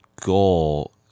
goal